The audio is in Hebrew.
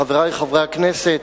חברי חברי הכנסת,